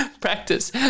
Practice